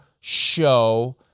show